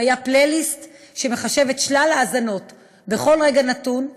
אם היה פלייליסט שמחשב את שלל ההאזנות בכל רגע נתון,